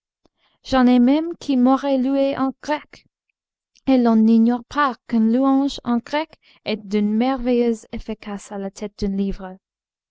j'en ai même qui m'auraient loué en grec et l'on n'ignore pas qu'une louange en grec est d'une merveilleuse efficace à la tête d'un livre